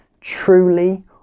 truly